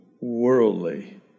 worldly